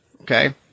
okay